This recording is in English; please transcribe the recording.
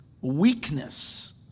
weakness